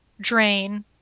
drain